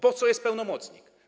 Po co jest pełnomocnik?